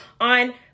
on